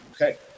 okay